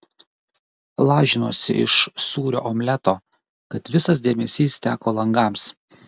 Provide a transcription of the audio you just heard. lažinuosi iš sūrio omleto kad visas dėmesys teko langams